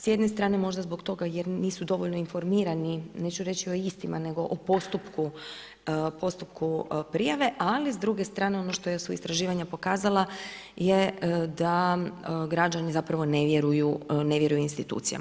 S jedne strane možda zbog toga jer nisu dovoljno informirani neću reći o istima nego o postupku prijave ali s druge strane ono što su istraživanja pokazala je da građani zapravo ne vjeruju institucijama.